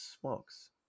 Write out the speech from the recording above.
smokes